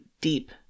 deep